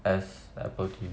as Apple T_V